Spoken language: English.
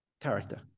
character